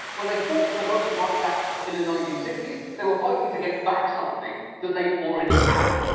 when they fought for the voting rights act in the nineteen sixty s, they were fighting to get back something that they already had.